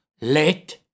let